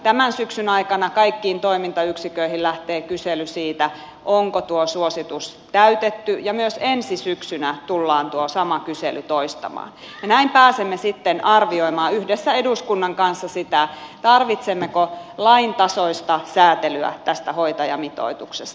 tämän syksyn aikana kaikkiin toimintayksiköihin lähtee kysely siitä onko tuo suositus täytetty ja myös ensi syksynä tullaan tuo sama kysely toistamaan ja näin pääsemme sitten arvioimaan yhdessä eduskunnan kanssa sitä tarvitsemmeko lain tasoista säätelyä tästä hoitajamitoituksesta